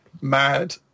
mad